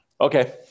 Okay